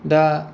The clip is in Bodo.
दा